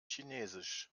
chinesisch